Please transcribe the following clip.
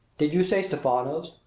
did you say stephano's,